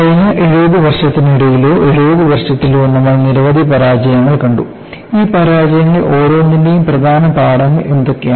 കഴിഞ്ഞ 70 വർഷത്തിനിടയിലോ 70 വർഷത്തിലോ നമ്മൾ നിരവധി പരാജയങ്ങൾ കണ്ടു ഈ പരാജയങ്ങളിൽ ഓരോന്നിന്റെയും പ്രധാന പാഠങ്ങൾ എന്തൊക്കെയാണ്